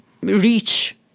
reach